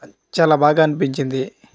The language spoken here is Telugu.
చాలా బాగా అనిపించింది